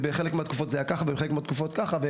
ובחלק מהתקופות זה כך ובחלק מהתקופות כך.